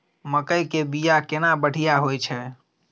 मकई के बीया केना बढ़िया होय छै?